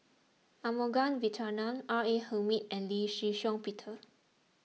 Arumugam Vijiaratnam R A Hamid and Lee Shih Shiong Peter